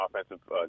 offensive